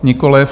Nikoliv.